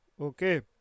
Okay